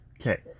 Okay